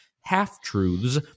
half-truths